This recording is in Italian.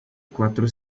quattro